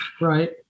Right